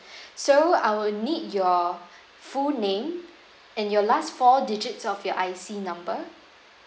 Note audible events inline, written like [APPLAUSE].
[BREATH] so I will need your full name and your last four digits of your I_C number